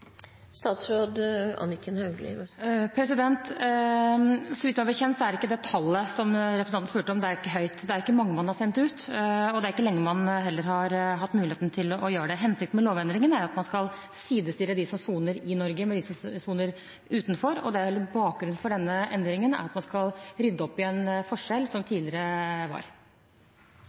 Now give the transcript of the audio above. Meg bekjent er ikke det tallet som representanten spurte om, høyt. Det er ikke mange man har sendt ut, og det er heller ikke lenge man har hatt muligheten til å gjøre det. Hensikten med lovendringen er at man skal sidestille dem som soner i Norge, med dem som soner utenfor. Bakgrunnen for denne endringen er at man skal rydde opp i en forskjell som var der tidligere.